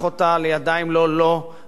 הרי זה גזל,